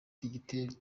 dogiteri